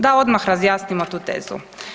Da odmah razjasnimo tu tezu.